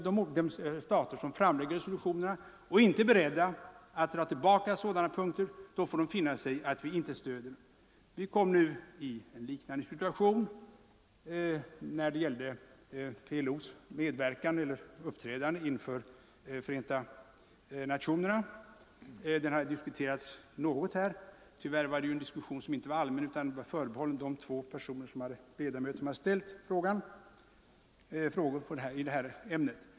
De stater som lägger fram resolutionsförslagen och inte är beredda att dra tillbaka sådana punkter får då finna sig i att vi inte stöder dem. Vi kom i en liknande situation när det gällde PLO:s uppträdande inför FN. Frågan har förut diskuterats i denna kammare. Tyvärr var diskussionen inte allmän utan förbehållen de två ledamöter som hade ställt frågor i ämnet.